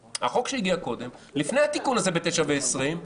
לפני התיקון בתשע ועשרים,